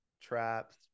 traps